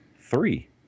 three